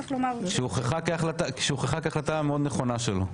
צריך לומר -- שהוכחה כהחלטה מאוד נכונה שלו.